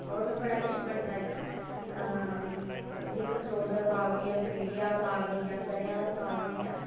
होर बी बड़ा किश बनदा इत्थै अ जि'यां कसरोड़ दा साग होई गेआ स्रीड़ी दा साग स'रेआं दा साग होई गेआ